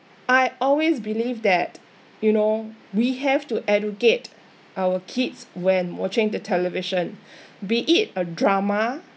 I always believe that you know we have to educate our kids when watching the television be it a drama